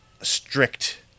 strict